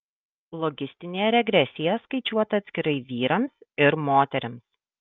logistinė regresija skaičiuota atskirai vyrams ir moterims